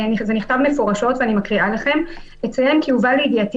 נכתב מפורשות ואני אקרא לכם: "אציין כי הובא לידיעתי